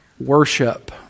worship